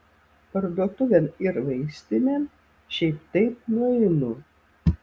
parduotuvėn ir vaistinėn šiaip taip nueinu